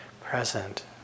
present